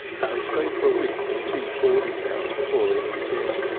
they stayed for a week in a cheap boarding house before they moved in.